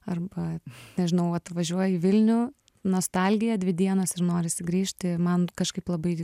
arba nežinau atvažiuoju į vilnių nostalgija dvi dienos ir norisi grįžti man kažkaip labai